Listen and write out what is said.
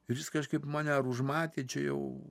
ir jis kažkaip mane ar užmatė čia jau